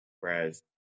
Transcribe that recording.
whereas